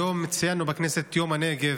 היום ציינו בכנסת את יום הנגב,